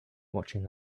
watching